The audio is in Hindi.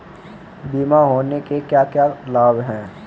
बीमा होने के क्या क्या लाभ हैं?